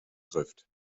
trifft